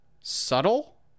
subtle